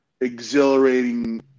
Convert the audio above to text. exhilarating